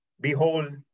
Behold